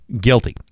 guilty